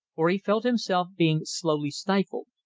for he felt himself being slowly stifled.